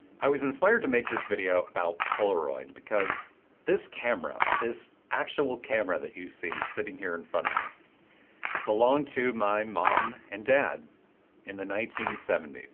i was inspired to make this video about polaroid because this camera this actual camera that you see sitting here in front of me belonged to my mom and dad in the nineteen seventy s.